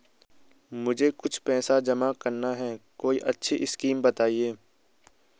मुझे कुछ पैसा जमा करना है कोई अच्छी स्कीम बताइये?